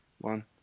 one